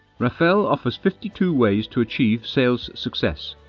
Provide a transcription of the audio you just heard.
raphel offers fifty two ways to achieve sales success.